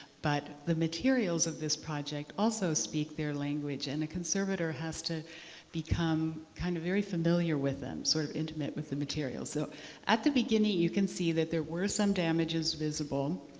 but the materials of this project also speak their language. and a conservator has to become kind of very familiar with them, sort of intimate with the materials. so at the beginning, you can see that there were some damages visible.